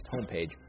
homepage